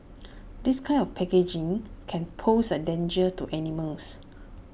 this kind of packaging can pose A danger to animals